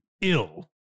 ill